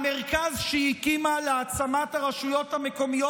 המרכז שהיא הקימה להעצמת הרשויות המקומיות